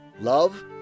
love